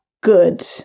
good